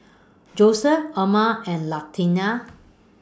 Joeseph Erma and Latanya